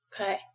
Okay